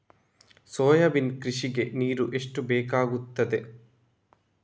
Soybean ಕೃಷಿಗೆ ನೀರು ಎಷ್ಟು ಬೇಕಾಗುತ್ತದೆ?